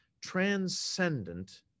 transcendent